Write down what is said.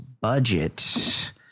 budget—